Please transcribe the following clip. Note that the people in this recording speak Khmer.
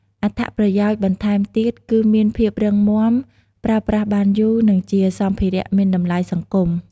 អត្ថប្រយោជន៍បន្ថែមទៀតគឺមានភាពរឹងមាំ ប្រើប្រាស់បានយូរ និងជាសម្ភារៈមានតម្លៃសង្គម។